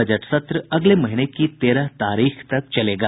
budget सत्र अगले महीने की तेरह तारीख तक चलेगा